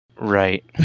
Right